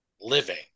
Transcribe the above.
Living